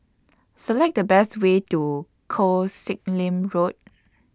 Select The Best Way to Koh Sek Lim Road